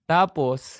Tapos